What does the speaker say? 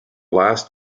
last